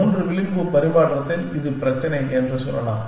3 விளிம்பு பரிமாற்றத்தில் இது பிரச்சினை என்று சொல்லலாம்